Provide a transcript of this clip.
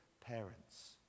parents